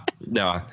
no